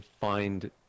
find